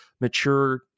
mature